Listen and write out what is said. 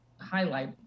highlight